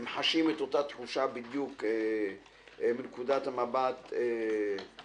הם חשים את אותה תחושה בדיוק מנקודת המבט שלהם,